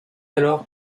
alors